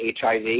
HIV